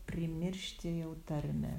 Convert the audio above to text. primiršti jau tarmę